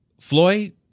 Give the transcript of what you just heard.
Floyd